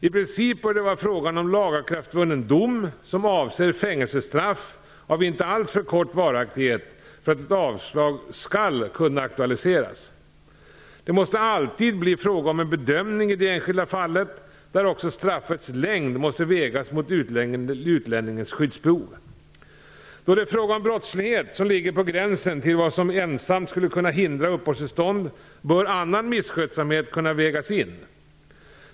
I princip bör det vara fråga om lagakraftvunnen dom som avser fängelsestraff av inte alltför kort varaktighet för att ett avslag skall kunna aktualiseras. Det måste alltid bli fråga om en bedömning i det enskilda fallet, där också straffets längd måste vägas mot utlänningens skyddsbehov. Då det är fråga om brottslighet som ligger på gränsen till vad som ensamt skulle kunna hindra uppehållstillstånd bör annan misskötsamhet kunna vägas in.